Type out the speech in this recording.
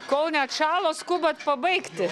kol neatšalo skubat pabaigti